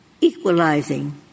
equalizing